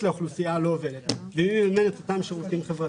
לעומת זו שלא עובדת ומי מממן את אותם שירותים חברתיים.